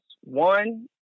One